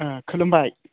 आह खुलुमबाय